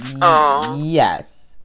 Yes